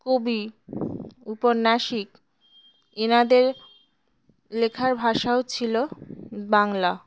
কবি ঔপন্যাসিক এনাদের লেখার ভাষাও ছিল বাংলা